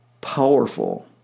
powerful